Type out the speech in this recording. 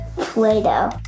Play-Doh